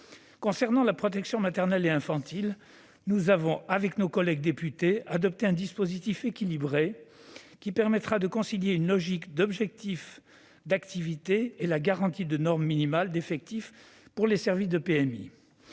Concernant la protection maternelle et infantile (PMI), nous avons, avec nos collègues députés, adopté un dispositif équilibré, qui permettra de concilier une logique d'objectifs d'activité et la garantie de normes minimales d'effectifs pour les services de PMI,